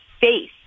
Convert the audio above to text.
face